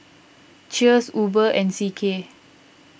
Cheers Uber and C K